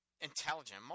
intelligent